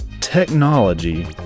technology